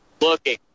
Looking